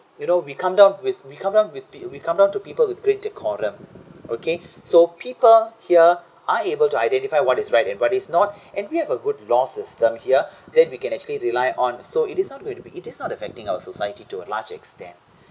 you know we come down with we come up with peo~ we come down to people with great to okay so people here are able to identify what is right and what is not and we have a good laws system here that we can actually rely on so it is not way to be it is not affecting our society to a large extend